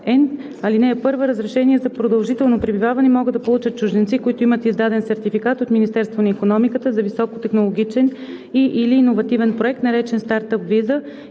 24п. (1) Разрешение за продължително пребиваване могат да получат чужденци, които имат издаден сертификат от Министерството на икономиката за високотехнологичен и/или иновативен проект, наречен „Стартъп виза“,